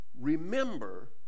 remember